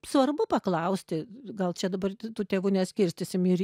svarbu paklausti gal čia dabar tų tėvų neskirstysim ir